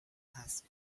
asked